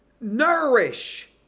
Nourish